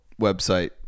website